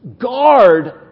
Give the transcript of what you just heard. guard